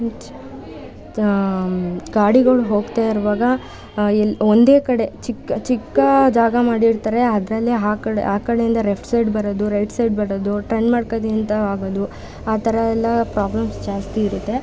ಇಚ್ ಗಾಡಿಗಳು ಹೋಗ್ತಾ ಇರುವಾಗ ಎಲ್ಲ ಒಂದೇ ಕಡೆ ಚಿಕ್ಕ ಚಿಕ್ಕ ಜಾಗ ಮಾಡಿರ್ತಾರೆ ಅದರಲ್ಲೇ ಆ ಕಡೆ ಆ ಕಡೆಯಿಂದ ರೆಫ್ಟ್ ಸೈಡ್ ಬರೋದು ರೈಟ್ ಸೈಡ್ ಬರೋದು ಟರ್ನ್ ಮಾಡ್ಕೊಳ್ತೀನಿ ಅಂತ ಆಗೋದು ಆ ಥರಯೆಲ್ಲ ಪ್ರಾಬ್ಲಮ್ಸ್ ಜಾಸ್ತಿ ಇರುತ್ತೆ